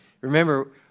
Remember